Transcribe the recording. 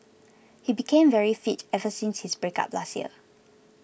he became very fit ever since his breakup last year